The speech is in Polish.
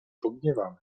pogniewamy